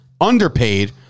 underpaid